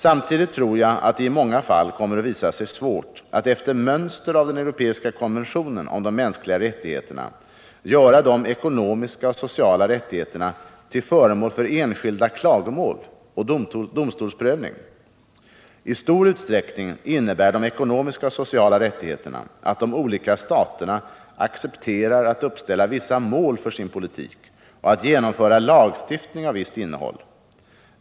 Samtidigt tror jag att det i många fall kommer att visa sig svårt att efter mönster av den europeiska konventionen om de mänskliga rättigheterna göra de ekonomiska och sociala rättigheterna till föremål för enskilda klagomål och domstolsprövning. I stor utsträckning innebär de ekonomiska och sociala rättigheterna att de olika staterna accepterar att uppställa vissa mål för sin politik eller att genomföra lagstiftning av visst innehåll.